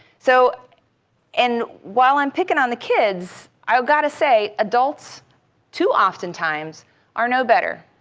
so and while i'm picking on the kids, i've got to say adults too oftentimes are no better.